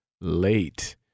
late